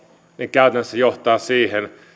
käytännössä johtaa siihen